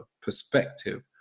perspective